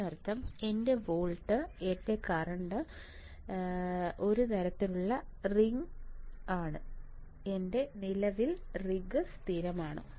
അതിനർത്ഥം എന്റെ വോൾട്ട് എന്റെ കറന്റ് ഒരു തരത്തിലുള്ള റിഗ് ആണ് എന്റെ നിലവിലെ റിഗ് സ്ഥിരമാണ്